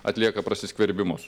atlieka prasiskverbimus